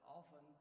often